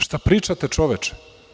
Šta pričate, čoveče?